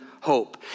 hope